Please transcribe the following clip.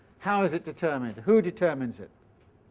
how is it determined? who determines it?